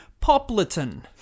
Popliton